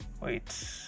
wait